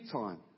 time